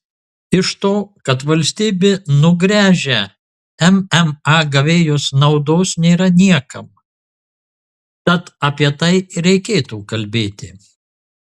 iš to kad valstybė nugręžia mma gavėjus naudos nėra niekam tad apie tai ir reikėtų kalbėti